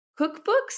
cookbooks